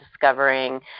discovering